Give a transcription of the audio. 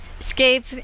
escape